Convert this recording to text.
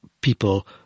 People